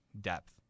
depth